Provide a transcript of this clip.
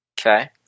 Okay